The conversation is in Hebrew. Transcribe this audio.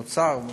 האוצר,